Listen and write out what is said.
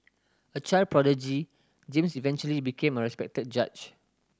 a child prodigy James eventually became a respected judge